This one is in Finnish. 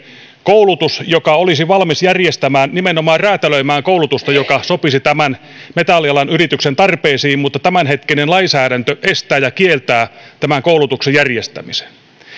koulutus joka olisi valmis järjestämään nimenomaan räätälöimään koulutusta joka sopisi tämän metallialan yrityksen tarpeisiin mutta tämän hetkinen lainsäädäntö estää ja kieltää tämän koulutuksen järjestämisen